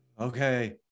Okay